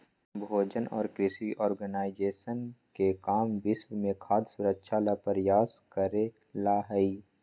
भोजन और कृषि ऑर्गेनाइजेशन के काम विश्व में खाद्य सुरक्षा ला प्रयास करे ला हई